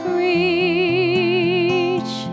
reach